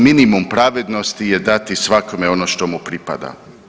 Minimum pravednosti je dati svakome ono što mu pripada.